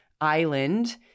island